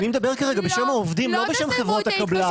אני מדבר כרגע בשם העובדים, לא בשם חברות הקבלן.